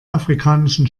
afrikanischen